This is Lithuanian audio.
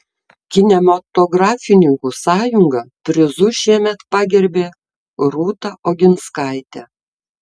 kinematografininkų sąjunga prizu šiemet pagerbė rūta oginskaitę